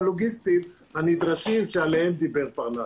שנוכל לתת את השירותים הלוגיסטיים הנדרשים שעליהם דיבר פרנס.